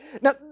Now